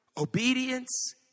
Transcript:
Obedience